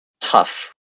tough